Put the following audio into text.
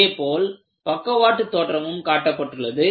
அதே போல் பக்கவாட்டு தோற்றமும் காட்டப்பட்டுள்ளது